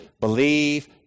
believe